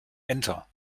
enter